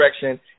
direction